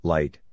Light